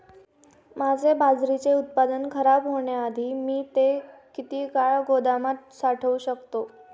माझे बाजरीचे उत्पादन खराब होण्याआधी मी ते किती काळ गोदामात साठवू शकतो?